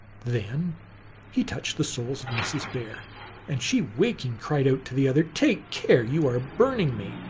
then he touched the soles of mrs. bear and she, waking, cried out to the other, take care! you are burning me!